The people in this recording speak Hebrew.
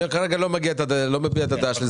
אני כרגע לא מביע את הדעה שלי.